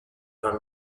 dans